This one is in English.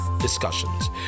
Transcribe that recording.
discussions